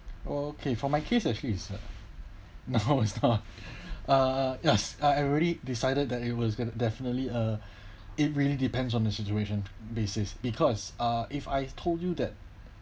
okay for my case actually is uh now is not uh yes uh I already decided that it was gonna definitely uh it really depends on the situation basis because uh if I told you that